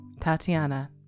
Tatiana